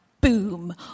boom